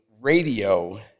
radio